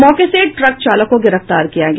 मौके से ट्रक चालक को गिरफ्तार किया गया